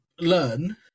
learn